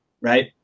right